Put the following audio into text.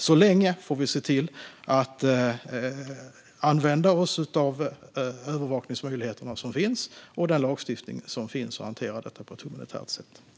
Till dess får vi se till att använda oss av de övervakningsmöjligheter och den lagstiftning som finns och hantera detta på ett humanitärt sätt.